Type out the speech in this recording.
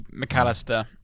McAllister